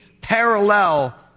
parallel